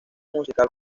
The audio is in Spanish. musical